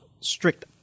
strict